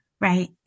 Right